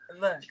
look